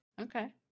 Okay